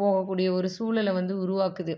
போகக்கூடிய ஒரு சூழல வந்து உருவாக்குது